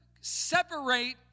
separate